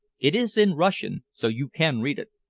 it is in russian, so you can read it.